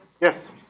Yes